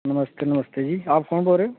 नमस्ते नमस्ते जी आप कौन बोल रहे हो